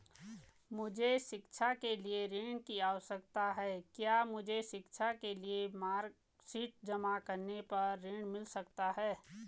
मुझे शिक्षा के लिए ऋण की आवश्यकता है क्या मुझे शिक्षा के लिए मार्कशीट जमा करने पर ऋण मिल सकता है?